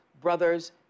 brothers